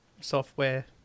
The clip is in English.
software